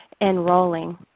enrolling